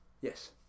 Yes